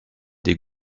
des